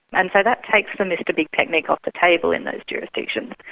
and so that takes the mr big technique off the table in those jurisdictions.